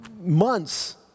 months